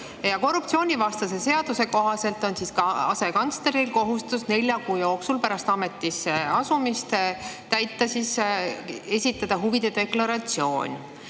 Korruptsioonivastase seaduse kohaselt on ka asekantsleril kohustus nelja kuu jooksul pärast ametisse asumist esitada huvide deklaratsioon.